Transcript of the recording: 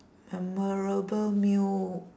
memorable meal